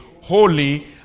holy